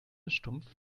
stumpf